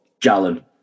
Jalen